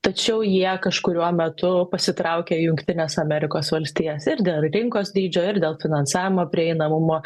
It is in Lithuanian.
tačiau jie kažkuriuo metu pasitraukė į jungtines amerikos valstijas ir dėl rinkos dydžio ir dėl finansavimo prieinamumo